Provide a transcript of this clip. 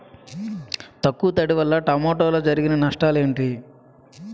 తక్కువ తడి వల్ల టమోటాలో జరిగే నష్టాలేంటి?